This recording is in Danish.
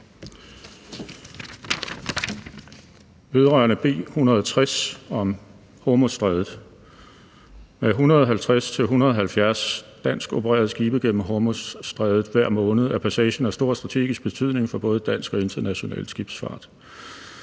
Vedrørende B 160 om Hormuzstrædet: Med 150-170 danskopererede skibe gennem Hormuzstrædet hver måned er passagen af stor strategisk betydning for både dansk og international skibsfart.